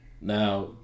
Now